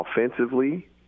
Offensively